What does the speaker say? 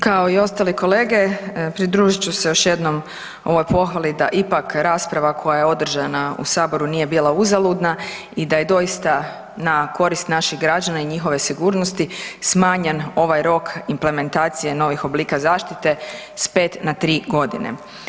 Kao i ostale kolege pridružit ću se još jednom ovoj pohvali da ipak rasprava koja je održana u Saboru nije bila uzaludna i da je doista na korist naših građana i njihove sigurnosti smanjen ovaj rok implementacije novih oblika zaštite sa pet na tri godine.